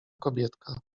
kobietka